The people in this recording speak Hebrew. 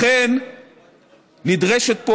לכן נדרשת פה,